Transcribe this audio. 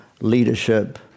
leadership